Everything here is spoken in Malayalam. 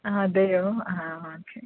അതെയോ ആ ഓക്കെ